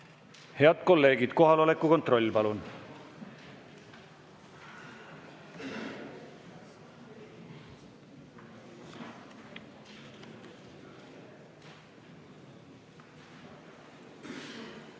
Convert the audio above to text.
Head kolleegid, kohaloleku kontroll, palun!